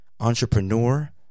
Entrepreneur